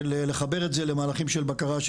לחבר את זה למהלכים של בקרה,